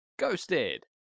Ghosted